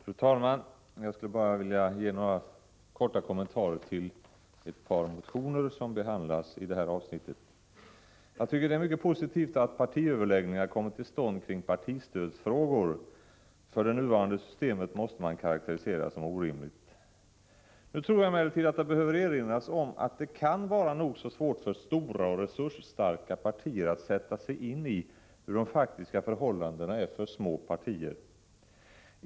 Fru talman! Jag skulle vilja ge några korta kommentarer till ett par motioner som behandlas i detta avsnitt. Jag tycker det är mycket positivt att partiöverläggningar kommit till stånd om partistödsfrågor, eftersom det nuvarande systemet måste karakteriseras som orimligt. Jag tror emellertid att det behöver erinras om att det kan vara nog så svårt för stora och resursstarka partier att sätta sig in i de faktiska förhållandena för småpartier.